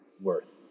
worth